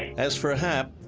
as for happ,